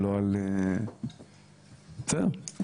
בסדר,